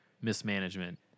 mismanagement